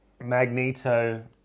Magneto